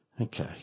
Okay